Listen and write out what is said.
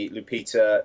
Lupita